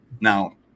Now